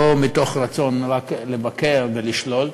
לא מתוך רצון רק לבקר ולשלול,